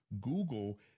Google